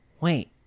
Wait